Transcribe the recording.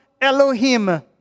Elohim